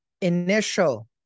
initial